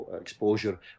exposure